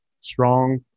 strong